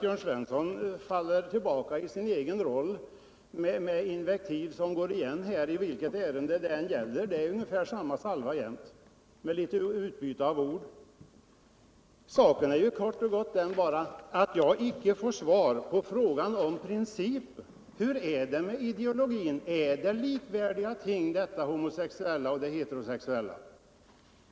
Jörn Svensson faller tillbaka isin gamla roll och använder invektiv som går igen vilket ärende det än gäller — det är ungefär samma salva jämt, han bara byter ut en del av orden. Jag får inte svar på frågan om principen. Hur är det med ideologin? Är det homosexuella och det heterosexuella likvärdiga företeelser?